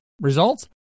Results